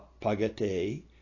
Pagate